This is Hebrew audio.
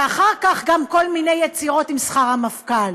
ואחר כך גם כל מיני יצירות עם שכר המפכ"ל.